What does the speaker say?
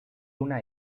una